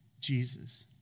Jesus